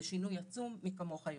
זה שינוי עצום, מי כמוך יודע.